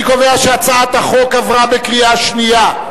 אני קובע שהצעת החוק עברה בקריאה שנייה,